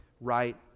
right